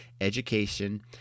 education